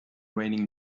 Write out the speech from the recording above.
raining